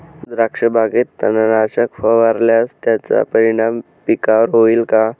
द्राक्षबागेत तणनाशक फवारल्यास त्याचा परिणाम पिकावर होईल का?